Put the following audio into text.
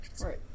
Right